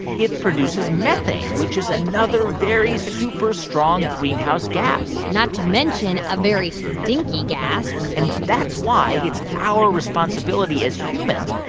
it produces methane, which is another very super strong greenhouse gas not to mention a very stinky gas and that's why it's our responsibility, as humans,